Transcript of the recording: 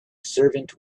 servant